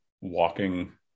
walking